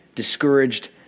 discouraged